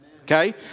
Okay